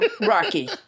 Rocky